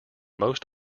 most